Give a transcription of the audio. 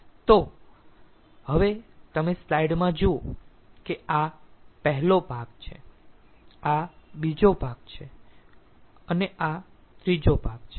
તો અહીં તમે સ્લાઇડમાં જુઓ કે આ પહેલો ભાગ છે આ બીજો ભાગ છે અને આ ત્રીજો ભાગ છે